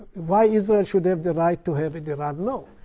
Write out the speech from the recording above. why israel should have the right to have it, iran no?